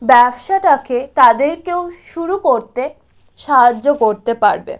ব্যবসাটাকে তাদেরকেও শুরু করতে সাহায্য করতে পারবে